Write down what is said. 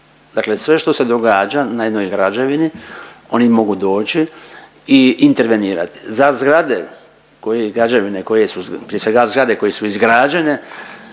Dakle sve što se događa na jednoj građevini oni mogu doći i intervenirati. Za zgrade koje, građevine